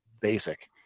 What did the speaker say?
basic